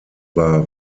war